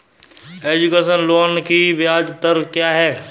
Education loan की ब्याज दर क्या है?